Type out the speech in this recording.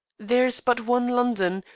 there is but one london,